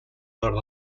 nord